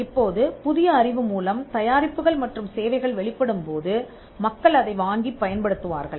இப்போது புதிய அறிவு மூலம் தயாரிப்புகள் மற்றும் சேவைகள் வெளிப்படும் போது மக்கள் அதை வாங்கிப் பயன்படுத்துவார்கள்